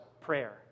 prayer